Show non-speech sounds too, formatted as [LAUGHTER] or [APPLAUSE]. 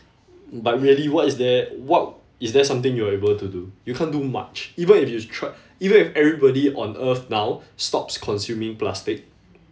but really what is there what is there something you are able to do you can't do much even if you tr~ [BREATH] even if everybody on earth now stops consuming plastic